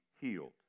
healed